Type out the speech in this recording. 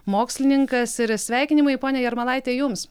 mokslininkas ir sveikinimai ponia jarmalaite jums